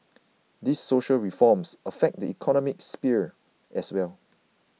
these social reforms affect the economic sphere as well